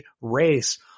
race